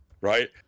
right